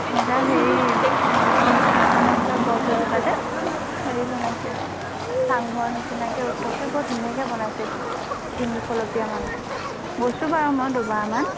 এনেকা হেৰি মানে এনেকুৱা গছ এজোপাতে হেৰি বনাইছে চাংঘৰ নিচিনাকৈ ওখকৈ বৰ ধুনীয়াকৈ বনাইছে তিনিশলপীয়া মানকৈ গৈছোঁ বাৰু মই দুবাৰমান